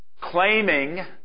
claiming